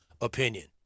opinion